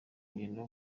ingendo